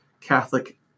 Catholic